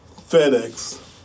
FedEx